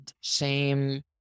shame